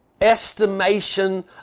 estimation